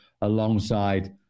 alongside